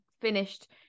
finished